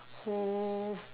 who